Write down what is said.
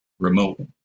remote